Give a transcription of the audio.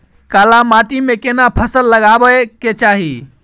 काला माटी में केना फसल लगाबै के चाही?